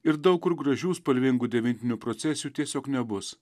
ir daug kur gražių spalvingų devintinių procesijų tiesiog nebus